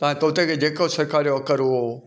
तव्हां तोते खे जेका सेखारियो अखर उओ